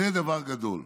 זה דבר גדול,